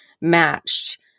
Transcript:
matched